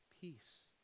peace